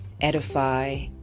Edify